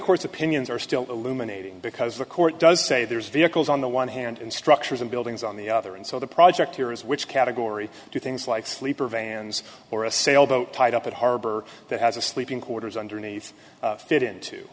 court's opinions are still illuminating because the court does say there's vehicles on the one hand and structures and buildings on the other and so the project here is which category do things like sleeper vans or a sailboat tied up at harbor that has a sleeping quarters underneath fit into